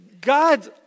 God